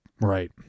Right